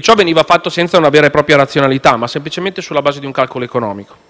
Ciò veniva fatto senza una vera e propria razionalità, ma semplicemente sulla base di un calcolo economico.